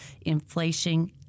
inflation